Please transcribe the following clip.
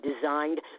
designed